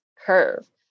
curve